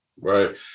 Right